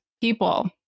people